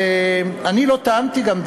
ואני לא טענתי גם,